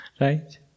Right